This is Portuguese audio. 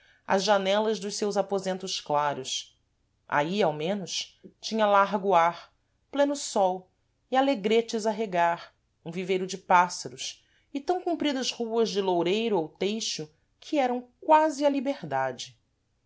as janelas dos seus aposentos claros aí ao menos tinha largo ar pleno sol e alegretes a regar um viveiro de pássaros e tam compridas ruas de loureiro ou teixo que eram quási a liberdade